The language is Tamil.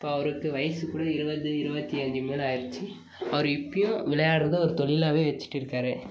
அவருக்கு வயசு கூட இருபது இருபத்தி அஞ்சு மேலே ஆயிருச்சு அவர் இப்போயும் விளையாட்றதை ஒரு தொழிலாகவே வச்சிகிட்டு இருக்கார்